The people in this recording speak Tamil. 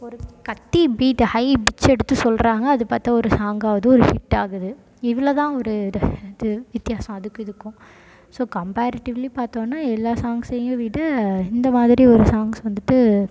ஒரு கத்தி பீட்டு ஹை பிச் எடுத்து சொல்கிறாங்க அது பார்த்தா ஒரு சாங்காகுது ஒரு ஹிட் ஆகுது இவ்வளோ தான் ஒரு இது வித்தியாசம் அதுக்கு இதுக்கும் ஸோ கம்பேரிட்டிவ்லி பார்த்தோன்னா எல்லா சாங்ஸையும் விட இந்த மாதிரி ஒரு சாங்ஸ் வந்துவிட்டு